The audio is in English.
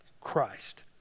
Christ